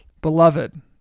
Beloved